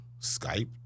Skype